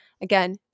again